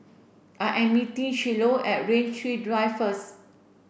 I am meeting Shiloh at Rain Tree Drive first